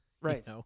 Right